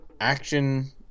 action